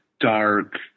dark